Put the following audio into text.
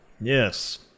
Yes